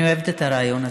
אני אוהבת את הרעיון הזה.